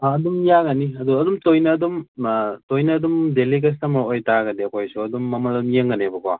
ꯑꯥ ꯑꯗꯨꯝ ꯌꯥꯒꯅꯤ ꯑꯗꯣ ꯑꯗꯨꯝ ꯇꯣꯏꯅ ꯑꯗꯨꯝ ꯇꯣꯏꯅ ꯑꯗꯨꯝ ꯗꯦꯂꯤ ꯀꯁꯇꯃꯔ ꯑꯣꯏꯇꯥꯔꯒꯗꯤ ꯑꯩꯈꯣꯏꯁꯨ ꯑꯗꯨꯝ ꯃꯃꯜ ꯌꯦꯡꯒꯅꯦꯕꯀꯣ